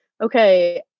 okay